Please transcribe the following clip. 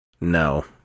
No